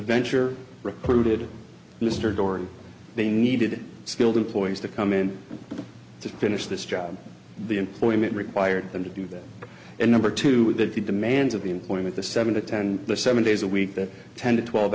venture recruited mr durrant they needed skilled employees to come in to finish this job the employment required them to do that and number two with the demands of the employment the seven to ten the seven days a week that ten to twelve